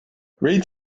read